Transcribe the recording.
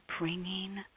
bringing